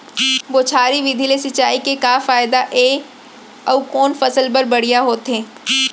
बौछारी विधि ले सिंचाई के का फायदा हे अऊ कोन फसल बर बढ़िया होथे?